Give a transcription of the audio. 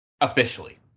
Officially